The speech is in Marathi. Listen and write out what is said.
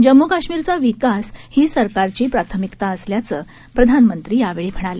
जम्मू काश्मीरचाविकासहीसरकारचीप्राथमिकताअसल्याचंप्रधानमंत्रीयावेळीम्हणाले